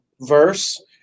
verse